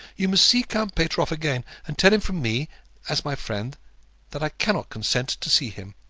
you must see count pateroff again, and tell him from me as my friend that i cannot consent to see him.